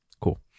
Cool